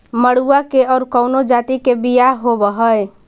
मडूया के और कौनो जाति के बियाह होव हैं?